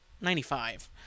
Ninety-five